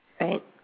right